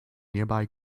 nearby